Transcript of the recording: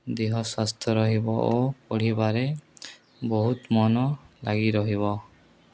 ଦେହ ସୁସ୍ଥ ରହିବ ଓ ପଢ଼ିବାରେ ବହୁତ ମନ ଲାଗି ରହିବ